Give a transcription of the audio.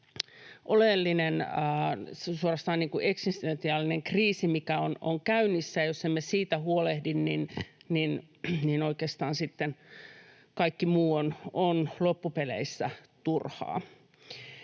oleellinen, suorastaan eksistentiaalinen kriisi, mikä on käynnissä, ja jos emme siitä huolehdi, niin oikeastaan sitten kaikki muu on loppupeleissä turhaa.